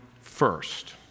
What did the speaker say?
first